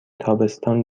تابستان